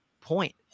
point